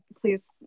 Please